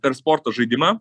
per sporto žaidimą